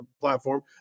platform